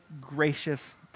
gracious